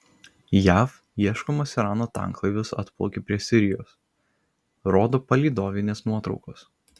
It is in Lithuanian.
jav ieškomas irano tanklaivis atplaukė prie sirijos rodo palydovinės nuotraukos